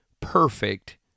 perfect